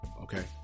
Okay